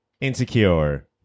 insecure